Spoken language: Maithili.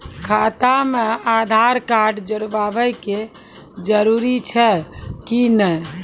खाता म आधार कार्ड जोड़वा के जरूरी छै कि नैय?